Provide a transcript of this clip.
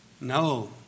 No